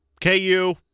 KU